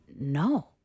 no